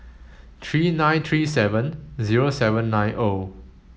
three nine three seven zero seven nine O